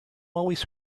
always